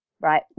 Right